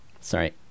Sorry